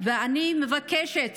ואני מבקשת